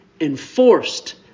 enforced